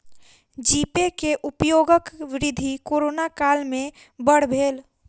जी pay के उपयोगक वृद्धि कोरोना काल में बड़ भेल